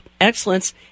Excellence